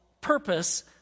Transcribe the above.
purpose